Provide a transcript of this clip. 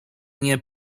nie